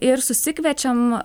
ir susikviečiam